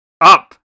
Up